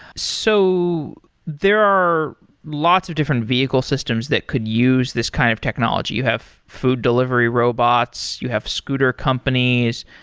so there are lots of different vehicle systems that could use this kind of technology. you have food delivery robots, you have scooter companies,